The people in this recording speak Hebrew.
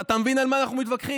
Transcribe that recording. אתה מבין על מה אנחנו מתווכחים?